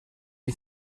you